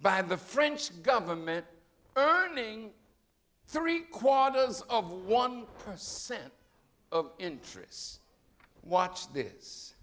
by the french government earning three quarters of one per cent of interest watch this